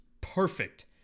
perfect